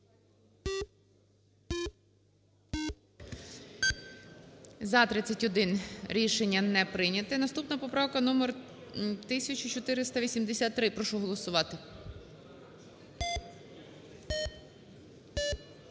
За-30 Рішення не прийняте. І наступна поправка номер 1477. Прошу голосувати.